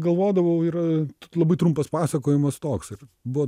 galvodavau yra labai trumpas pasakojimas toks ir buvo